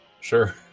Sure